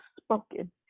spoken